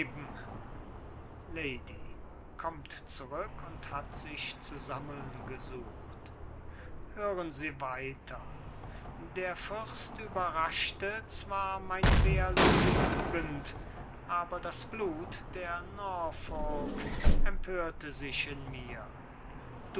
gesucht hören sie weiter der fürst überraschte zwar meine wehrlose jugend aber das blut der norfolk empörte sich in mir